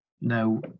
no